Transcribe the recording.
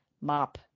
mop